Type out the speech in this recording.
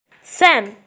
Sam